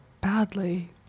badly